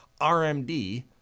RMD